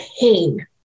pain